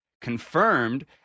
confirmed